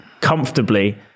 comfortably